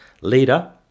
leader